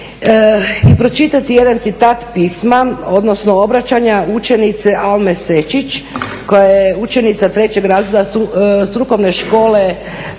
i pročitati jedan citat pisma, odnosno obraćanja učenice Alme Sečić koja je učenica 3. razreda strukovne Škole